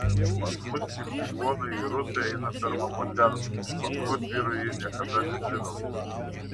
pas mus tik čigonai ir rusai eina pirma moters iš paskos vyrui ji niekada nesivelka